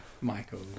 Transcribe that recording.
Michael